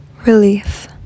Relief